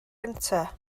gyntaf